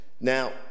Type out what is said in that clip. Now